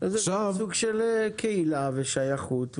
זה סוג של קהילה, שייכות ופעילות.